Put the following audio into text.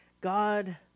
God